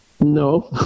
No